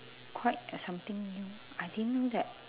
quite the something ah I didn't know that